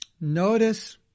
notice